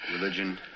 religion